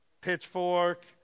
Pitchfork